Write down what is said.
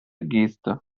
geste